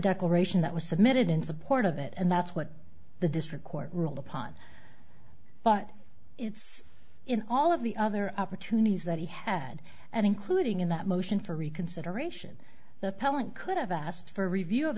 declaration that was submitted in support of it and that's what the district court ruled upon but it's in all of the other opportunities that he had and including in that motion for reconsideration the appellant could have asked for a review of